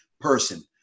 person